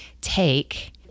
take